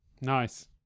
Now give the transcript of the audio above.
Nice